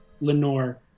Lenore